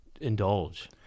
indulge